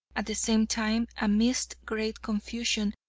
at the same time, amidst great confusion,